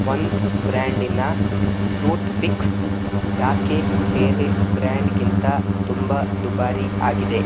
ಒಂದು ಬ್ರ್ಯಾಂಡಿನ toothpicks ಯಾಕೆ ಬೇರೆ ಬ್ರ್ಯಾಂಡ್ಗಿಂತ ತುಂಬ ದುಬಾರಿ ಆಗಿದೆ